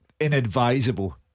Inadvisable